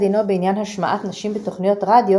בפסק דינו בעניין השמעת נשים בתוכניות רדיו,